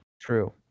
True